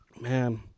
man